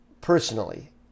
Personally